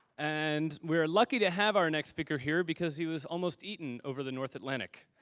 and we're lucky to have our next speaker here, because he was almost eaten over the north atlantic.